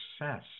success